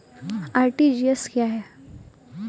RTGS क्या है?